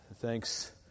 Thanks